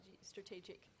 strategic